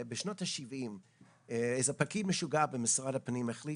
בשנות ה-70 איזה פקיד משוגע במשרד הפנים החליט